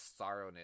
sorrowness